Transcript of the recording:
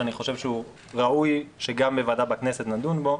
שאני חושב שראוי שגם בוועדה בכנסת נדון בו,